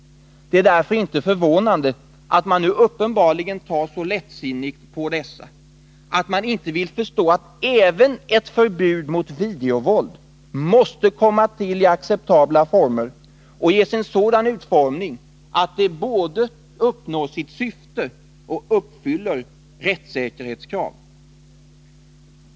Därför är det inte förvånande att man nu uppenbarligen tar så lättsinnigt på dessa och inte vill förstå att även förbud mot videovåld måste komma till i acceptabla former och ges en sådan utformning att det både uppnår sitt syfte och uppfyller rättssäkerhetskrav.